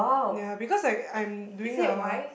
ya because I I am doing a